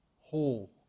whole